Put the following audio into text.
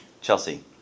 Chelsea